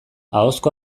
ahozko